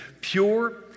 pure